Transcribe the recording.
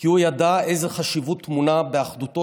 כי הוא ידע איזו חשיבות טמונה באחדותו